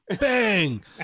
bang